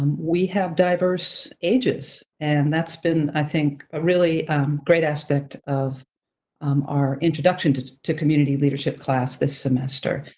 um we have diverse ages and that's been, i think, a really great aspect of our introduction to to community leadership class this semester.